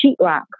sheetrock